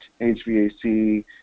HVAC